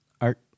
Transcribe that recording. art